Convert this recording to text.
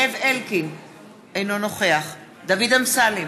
אינו נוכח דוד אמסלם,